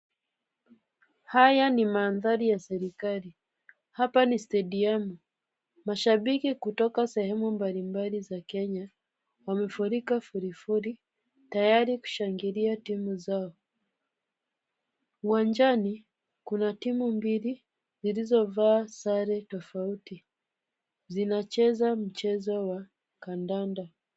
Haya ni mandhari ya serikali hapa ni stediamu . Mashabiki kutoka sehemu mbalimbali za Kenya wamefurika furi furi tayari kushangilia timu zao. Uwanjani kuna timu mbili zilizovaa sare tofauti zinacheza mchezo wa kandanda.